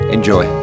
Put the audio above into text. Enjoy